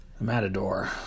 Matador